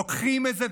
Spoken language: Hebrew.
לוקחים איזה